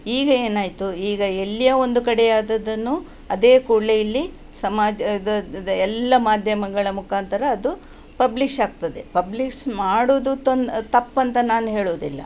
ಈಗ ಏನಾಯಿತು ಈಗ ಎಲ್ಲಿಯ ಒಂದು ಕಡೆಯಾದದ್ದನ್ನು ಅದೇ ಕೂಡಲೆ ಇಲ್ಲಿ ಸಮಾಜದ ದ ಎಲ್ಲ ಮಾಧ್ಯಮಗಳ ಮುಖಾಂತರ ಅದು ಪಬ್ಲಿಷ್ ಆಗ್ತದೆ ಪಬ್ಲಿಷ್ ಮಾಡುವುದು ತಪ್ ತಪ್ಪಂತ ನಾನು ಹೇಳೋದಿಲ್ಲ